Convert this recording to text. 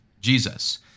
Jesus